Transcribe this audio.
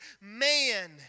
man